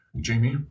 jamie